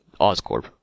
Oscorp